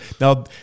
now